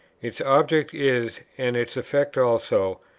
its object is, and its effect also,